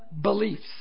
beliefs